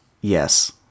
Yes